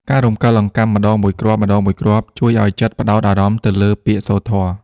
ការរំកិលអង្កាំម្តងមួយគ្រាប់ៗ ជួយឱ្យចិត្តផ្ដោតអារម្មណ៍ទៅលើពាក្យសូត្រធម៌។